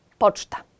poczta